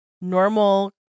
normal